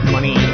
Money